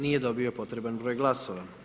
Nije dobio potreban broj glasova.